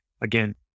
again